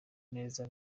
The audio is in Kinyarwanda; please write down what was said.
neza